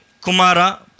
Kumara